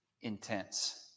intense